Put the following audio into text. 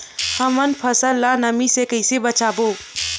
हमर फसल ल नमी से क ई से बचाबो?